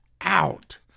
out